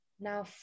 Now